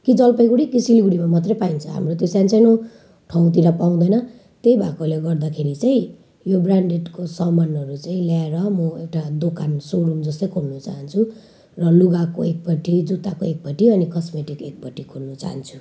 कि जलपाइगुडी कि सिलगढीमा मात्रै पाइन्छ हाम्रो त्यो सानोसानो ठाउँतिर पाउँदैन त्यही भएकोले गर्दाखेरि चाहिँ यो ब्रान्डेडको सामानहरू चाहिँ ल्याएर म एउटा दोकान सोरुम जस्तै खोल्नु चाहन्छु र लुगाको एकपट्टि जुत्ताको एकपट्टि अनि कस्मेटिक एकपट्टि खोल्नु चाहन्छु